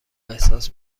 احساس